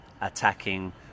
attacking